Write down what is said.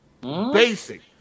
Basic